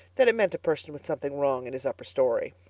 that it meant a person with something wrong in his upper story.